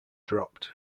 dropped